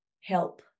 help